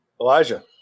Elijah